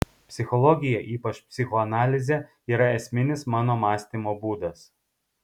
psichologija ypač psichoanalizė yra esminis mano mąstymo būdas